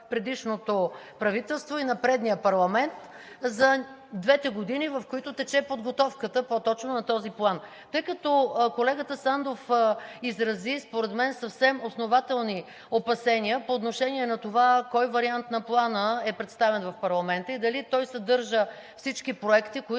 предишното правителство и на предния парламент за двете години, в които по-точно тече подготовката на този план. Тъй като колегата Сандов изрази според мен съвсем основателни опасения по отношение на това кой вариант на Плана е представен в парламента и дали той съдържа всички проекти, които